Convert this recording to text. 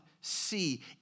see